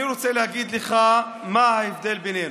אני רוצה להגיד לך מה ההבדל בינינו.